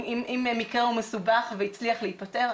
אם מקרה הוא מסובך והצליח להיפתר,